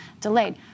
delayed